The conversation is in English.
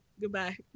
Goodbye